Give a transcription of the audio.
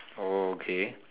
oh okay